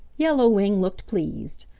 yellow wing looked pleased.